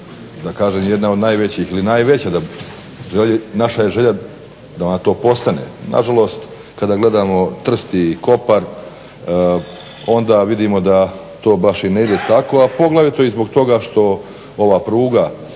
luka jedna od najvećih ili najveća, naša je želja da ona to postane. Nažalost, kada gledamo Trst i Kopar onda vidimo da to baš i ne ide tako, a poglavito i zbog toga što ova pruga